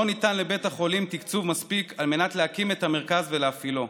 לא ניתן לבית החולים תקצוב מספיק על מנת להקים את המרכז ולהפעילו,